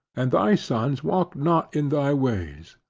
and thy sons walk not in thy ways,